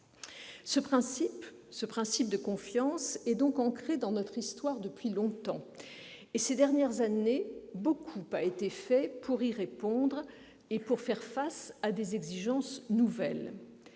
Ce principe de confiance est donc ancré dans notre histoire depuis longtemps et, ces dernières années, beaucoup a été fait pour mieux répondre à des exigences nouvelles.